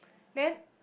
then